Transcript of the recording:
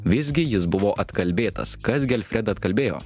visgi jis buvo atkalbėtas kas gi alfredą atkalbėjo